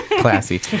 classy